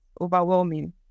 overwhelming